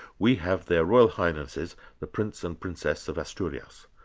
we have their royal highnesses the prince and princess of asturias.